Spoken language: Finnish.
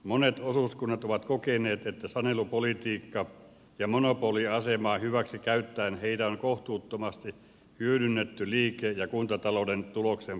monet osuuskunnat ovat kokeneet että sanelupolitiikkaa ja monopoliasemaa hyväksi käyttäen heitä on kohtuuttomasti hyödynnetty liike ja kuntatalouden tuloksen parantamiseksi